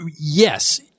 yes